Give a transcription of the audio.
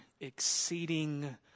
exceeding